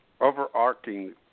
overarching